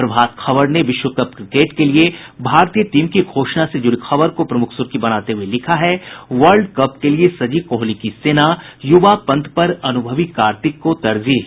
प्रभात खबर ने विश्व cup cricket के लिए भारतीय टीम की घोषणा से जुड़ी खबर को प्रमुख सुर्खी बनाते हुए लिखा है वर्ल्ड कप के लिए सजी कोहली की सेना युवा पंत पर अनुभवी कार्तिक को तरजीह